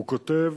הוא כותב: